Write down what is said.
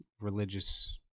religious